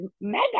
mega